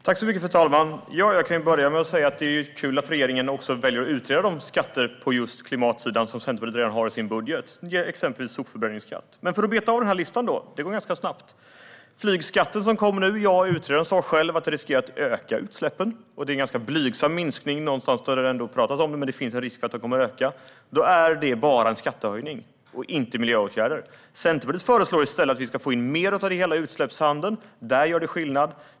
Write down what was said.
Fru talman! Jag kan börja med att säga att det är kul att regeringen väljer att utreda de skatter på klimatsidan som Centerpartiet redan har i sin budget, exempelvis sopförbränningsskatt. Men jag ska beta av den här listan - det går ganska snabbt. När det gäller flygskatten sa utredaren själv att detta riskerar att öka utsläppen. Det är en ganska blygsam minskning det pratas om, men det finns en risk för att de kommer att öka. Då är det bara en skattehöjning och inte en miljöåtgärd. Centerpartiet föreslår i stället att vi ska få in mer av det hela i utsläppshandeln. Där gör det skillnad.